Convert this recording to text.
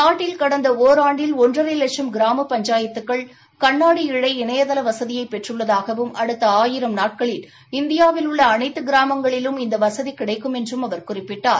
நாட்டில் கடந்த ஓராண்டில் ஒன்றரை லட்சம் கிராம பஞ்சாயத்துக்கள் கண்ணாடி இழை இணையதள வசதியை பெற்றுள்ளதாகவும் அடுத்த ஆயிரம் நாட்களில் இந்தியாவில் உள்ள அனைத்து கிராமங்களிலும் இந்த வசதி கிடைக்கும் என்றும் அவர் குறிப்பிட்டார்